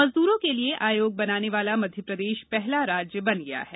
मजदूरों के लिए आयोग बनाने वाला मध्यप्रदेश पहला राज्य बन गया है